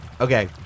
Okay